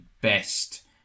best